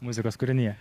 muzikos kūrinyje